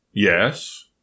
Yes